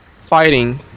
fighting